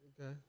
Okay